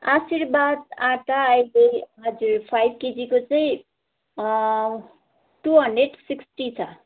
आशीर्वाद आँटा अहिले हजुर फाइभ केजीको चाहिँ टू हन्ड्रेड सिक्सटी छ